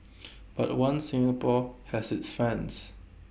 but One Singapore has its fans